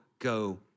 Go